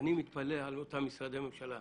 אני מתפלא על אותם משרדי ממשלה,